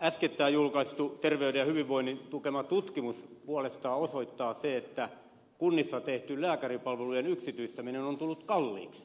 äskettäin julkaistu terveyden ja hyvinvoinnin laitoksen tukema tutkimus puolestaan osoittaa sen että kunnissa tehty lääkäripalvelujen yksityistäminen on tullut kalliiksi